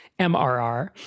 MRR